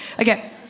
Okay